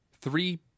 Three